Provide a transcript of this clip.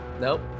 nope